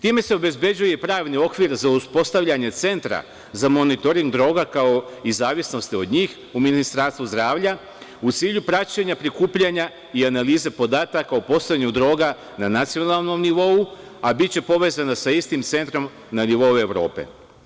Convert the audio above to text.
Time se obezbeđuje i pravni okvir za uspostavljanje centra za monitoring droga kao i zavisnosti od njih u Ministarstvu zdravlja u cilju praćenja, prikupljanja i analize podataka o postojanju droga na nacionalnom nivou, a biće povezana sa istim centrom na nivou Evrope.